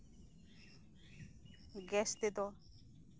gas ᱛᱮᱫᱚ